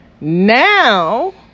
Now